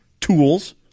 tools